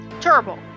terrible